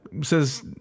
says